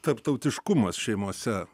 tarptautiškumas šeimose